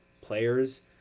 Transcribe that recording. players